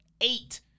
Eight